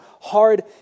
hard